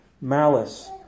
malice